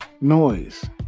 noise